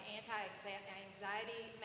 anti-anxiety